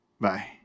Bye